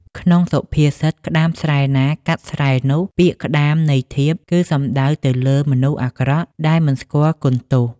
ក្នុងនៅសុភាសិត ក្តាមស្រែណាកាត់ស្រែនោះ ពាក្យ ក្តាមន័យធៀប គឺសំដៅទៅលើមនុស្សអាក្រក់ ដែលមិនស្គាល់គុណទោស។